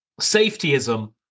safetyism